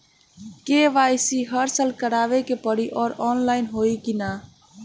KYC हर साल करवावे के पड़ी और ऑनलाइन होई की ना?